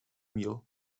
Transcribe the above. meal